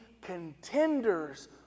contenders